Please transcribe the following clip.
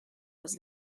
was